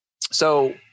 So-